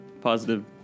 positive